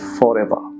forever